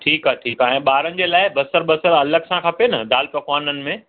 ठीकु आहे ठीकु आहे ऐं ॿारनि जे लाइ बसरु बसरु अलॻि सां खपे न दाल पकवाननि में